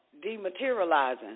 dematerializing